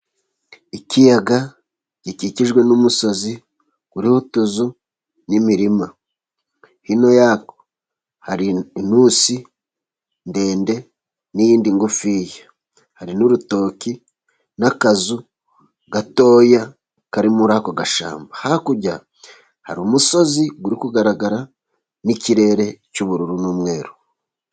Ikiyaga gikikijwe n'umusozi uriho utuzu n'imirima hino yaho hari inturusu ndende n'iyindi ngufiya hari n'urutoki n'akazu gatoya kari muri ako gashyamba. Hakurya hari umusozi uri kugaragara nk'ikirere cy'ubururu n'umweru.